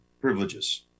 privileges